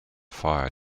fire